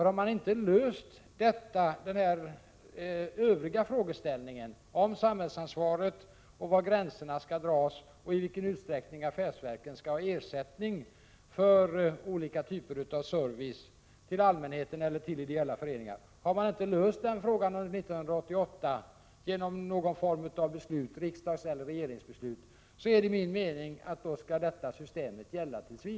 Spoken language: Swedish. Har man inte löst den övergripande frågeställningen om samhällsansvaret, var gränserna skall dras och i vilken utsträckning affärsverken skall ha ersättning för olika typer av service till allmänheten eller ideella föreningar under 1988 genom någon form av beslut — riksdagseller regeringsbeslut — så är det min mening att detta system skall gälla tills vidare.